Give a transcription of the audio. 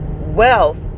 wealth